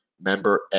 member